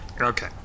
Okay